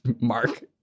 Mark